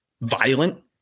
violent